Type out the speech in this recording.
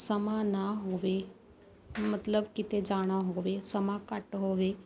ਸਮਾਂ ਨਾ ਹੋਵੇ ਮਤਲਬ ਕਿਤੇ ਜਾਣਾ ਹੋਵੇ ਸਮਾਂ ਘੱਟ ਹੋਵੇ